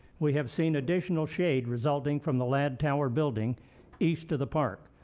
we have seen additional shade resulting from the ladd tower building east of the park.